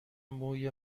موی